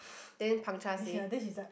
then Pang-Chia say